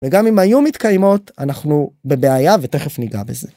וגם אם היו מתקיימות, אנחנו בבעיה ותכף ניגע בזה.